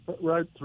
Right